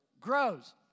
Grows